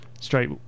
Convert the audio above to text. straight